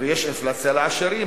ויש אינפלציה לעשירים.